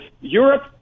Europe